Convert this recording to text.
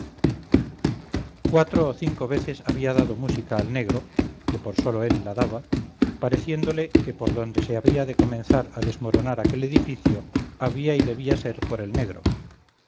cuatro o cinco veces había dado música al negro que por solo él la daba pareciéndole que por donde se había de comenzar a desmoronar aquel edificio había y debía ser por el negro